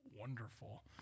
wonderful